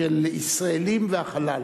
של ישראלים והחלל,